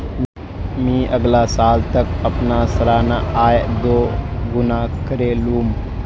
मी अगला साल तक अपना सालाना आय दो गुना करे लूम